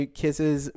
kisses